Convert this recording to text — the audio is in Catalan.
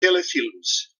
telefilms